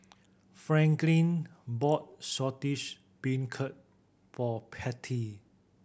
Franklyn bought Saltish Beancurd for Patty